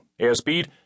airspeed